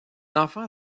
enfant